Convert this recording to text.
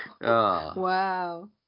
Wow